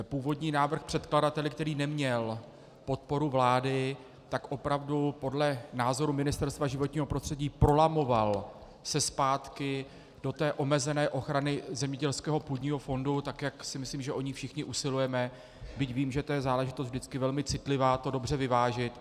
Původní návrh předkladatele, který neměl podporu vlády, se opravdu podle názoru Ministerstva životního prostředí prolamoval zpátky do té omezené ochrany zemědělského půdního fondu, tak jak si myslím, že o ni všichni usilujeme, byť vím, že je to záležitost vždycky velmi citlivá to dobře vyvážit.